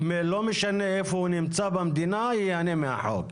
לא משנה איפה הוא נמצא במדינה ייהנה מהחוק.